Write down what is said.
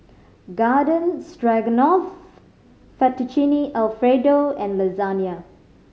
Garden Stroganoff Fettuccine Alfredo and Lasagne